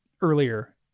earlier